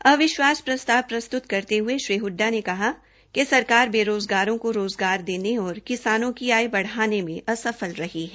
अविश्वास प्रस्ताव प्रस्तत करते हये श्री हडडा ने कहा कि सरकार बेराज़गारों को राज़गार देने और किसानों की आय बढ़ाने में विफल रही है